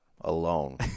alone